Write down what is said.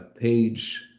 page